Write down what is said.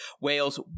wales